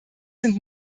sind